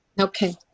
Okay